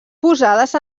posades